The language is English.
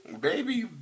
Baby